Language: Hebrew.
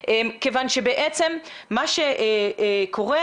בעצם מה שקורה,